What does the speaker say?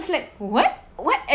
like what what am